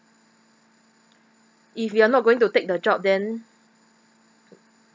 if you are not going to take the job then